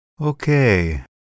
Okay